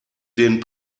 den